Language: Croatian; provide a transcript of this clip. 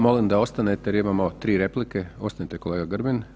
Molim da ostanete jer imamo tri replike, ostanite kolega Grbin.